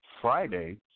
Friday